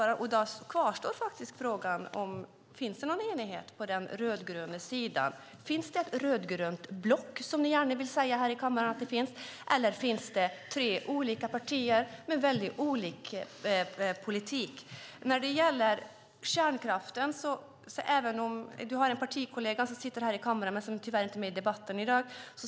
Då kvarstår faktiskt frågan: Finns det någon enighet på den rödgröna sidan? Finns det ett rödgrönt block, vilket ni gärna vill säga här i kammaren att det finns? Eller finns det tre olika partier med väldigt olika politik? Du har en partikollega som sitter här i kammaren men som tyvärr inte är med i debatten i dag.